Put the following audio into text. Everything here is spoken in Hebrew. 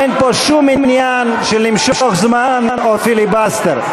אין פה שום עניין למשוך זמן או פיליבסטר.